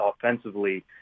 offensively